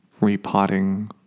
repotting